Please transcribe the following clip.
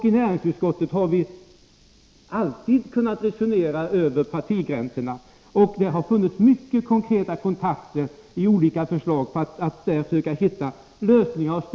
I näringsutskottet har vi alltid kunnat resonera över partigränserna. Det har funnits mycket konkreta kontakter i olika sammanhang för att försöka hitta lösningar.